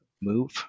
Move